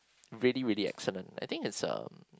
really really excellent I think it's um